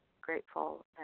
grateful